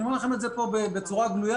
אני אומר לכם את זה פה בצורה גלויה,